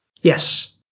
Yes